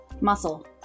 Muscle